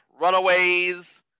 Runaways